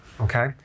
okay